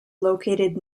located